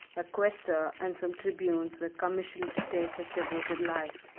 a quaestor and some tribunes were commissioned to take his devoted life.